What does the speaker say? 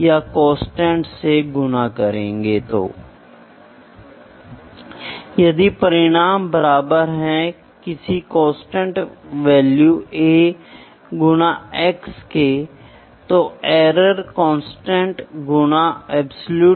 इसलिए एक tapered workpiece के साथ हम मानक वर्नियर का उपयोग नहीं कर सकते हैं और फिर इसे माप सकते हैं या दूसरा तरीका है यदि इसे बिल्कुल केंद्र में उपयोग करने के बजाय मैं इस लाइन को एक कोण पर देखता हूं